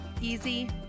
easy